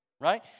right